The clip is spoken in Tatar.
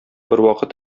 бервакыт